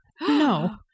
No